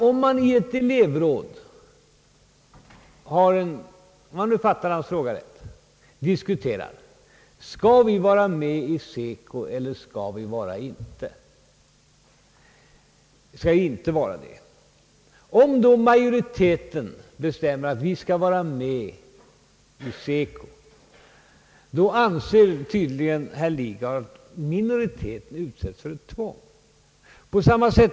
Om ett elevråd diskuterar huruvida man skall vara med i SECO eller inte och majoriteten då bestämmer att man skall vara med i SECO, anser tyd ligen herr Lidgard att minoriteten utsätts för ett tvång.